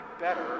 better